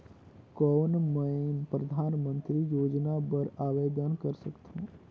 कौन मैं परधानमंतरी योजना बर आवेदन कर सकथव?